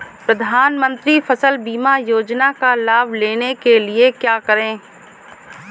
प्रधानमंत्री फसल बीमा योजना का लाभ लेने के लिए क्या करें?